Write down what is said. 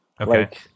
Okay